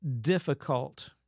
difficult